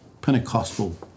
Pentecostal